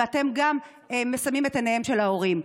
ואתם גם מסמאים את עיניהם של ההורים.